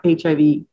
HIV